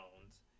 phones